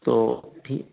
तो ठीक